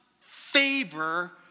favor